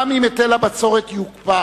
גם אם היטל הבצורת יוקפא